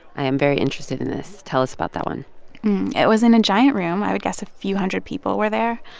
i am very interested in this. tell us about that one it was in a giant room. i would guess a few-hundred people were there.